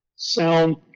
sound